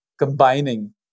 combining